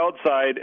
outside